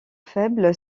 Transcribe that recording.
faible